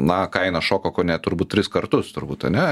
na kaina šoko kone turbūt tris kartus turbūt ane